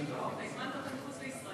לא מפה, אתה הזמנת אותם מחוץ לישראל.